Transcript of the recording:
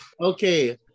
Okay